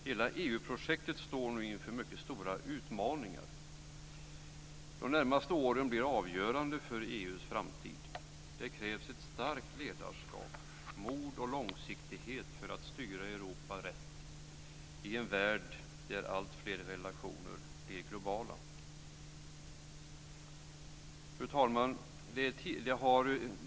Hela EU-projektet står nu inför mycket stora utmaningar. De närmaste åren blir avgörande för EU:s framtid. Det krävs ett starkt ledarskap, mod och långsiktighet för att styra Europa rätt i en värld där alltfler relationer blir globala. Fru talman!